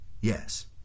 Yes